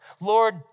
Lord